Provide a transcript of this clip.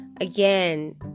Again